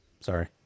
Sorry